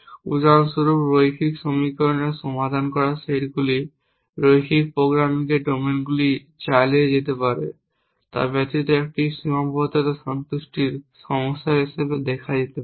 উদাহরণস্বরূপ রৈখিক সমীকরণের সমাধান করা সেটগুলিকে রৈখিক প্রোগ্রামিংয়ে ডোমেইনগুলি চালিয়ে যেতে পারে তা ব্যতীত একটি সীমাবদ্ধতা সন্তুষ্টির সমস্যা হিসাবে দেখা যেতে পারে